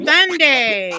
Sunday